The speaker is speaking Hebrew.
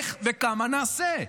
איך וכמה נעשה.